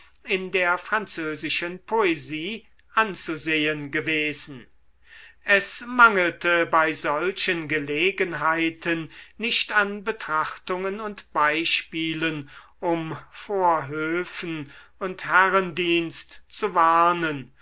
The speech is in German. in der französischen poesie anzusehen gewesen es mangelte bei solchen gelegenheiten nicht an betrachtungen und beispielen um vor höfen und herrendienst zu warnen